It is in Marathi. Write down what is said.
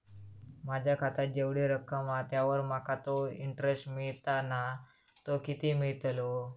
माझ्या खात्यात जेवढी रक्कम हा त्यावर माका तो इंटरेस्ट मिळता ना तो किती मिळतलो?